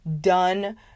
done